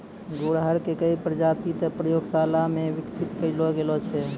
गुड़हल के कई प्रजाति तॅ प्रयोगशाला मॅ विकसित करलो गेलो छै